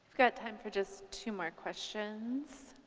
got time for just two more questions.